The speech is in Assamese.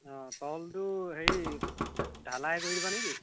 অঁ তলটো হেৰি ঢালাই কৰি দিবা নেকি